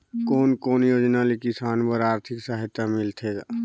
कोन कोन योजना ले किसान बर आरथिक सहायता मिलथे ग?